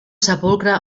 sepulcre